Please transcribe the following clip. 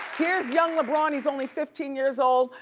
here's young lebron, he's only fifteen years old.